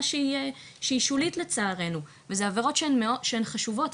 שהיא שולית לצערנו וזה עבירות שהן חשובות,